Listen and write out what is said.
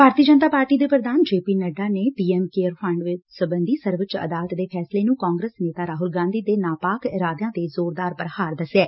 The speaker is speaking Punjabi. ਭਾਰਤੀ ਜਨਤਾ ਪਾਰਟੀ ਦੇ ਪੁਧਾਨ ਜੇ ਪੀ ਨੱਡਾ ਨੇ ਪੀ ਐਮ ਕੇਅਰ ਫੰਡ ਸਬੰਧੀ ਸਰਵਉੱਚ ਅਦਾਲਤ ਦੇ ਫੈਸਲੇ ਨੰ ਕਾਗਰਸ ਨੇਤਾ ਰਾਹੁਲ ਗਾਧੀ ਨੇ ਨਾਪਾਕ ਇਰਾਦਿਆ ਤੇ ਜ਼ੋਰਦਾਰ ਪੁਹਾਰ ਦਸਿਐ